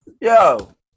Yo